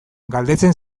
galdetzen